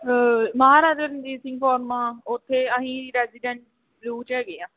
ਮਹਾਰਾਜ ਰਣਜੀਤ ਸਿੰਘ ਫੋਰਮਾ ਉੱਥੇ ਅਸੀਂ ਰੈਜੀਡੈਂਟ ਬਲੂ 'ਚ ਹੈਗੇ ਹਾਂ